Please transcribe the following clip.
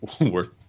worth